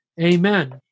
Amen